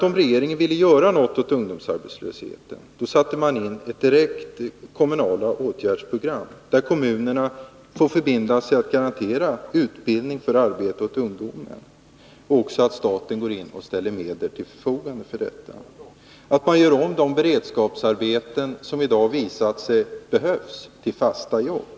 Om regeringen ville göra något åt ungdomsarbetslösheten skulle man sätta | in ett direkt kommunalt åtgärdsprogram, där kommunerna får förbinda sig att garantera utbildning för arbete åt ungdomarna och där staten går in och ställer medel till förfogande för detta. Man kunde göra om de beredskapsarbeten som i dag visar sig behövas till fasta jobb.